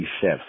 chef